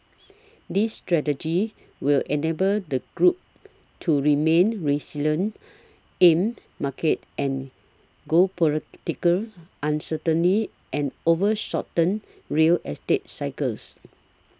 this strategy will enable the group to remain resilient amid market and geopolitical uncertainty and over shortened real estate cycles